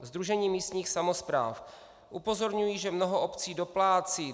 Sdružení místních samospráv: Upozorňují, že mnoho obcí doplácí.